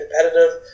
competitive